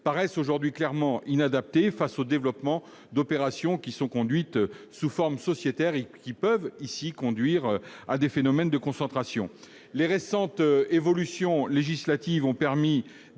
paraissent clairement inadaptés face au développement d'opérations conduites sous forme sociétaire et pouvant aboutir à des phénomènes de concentration. Les récentes évolutions législatives ont permis